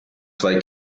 zwei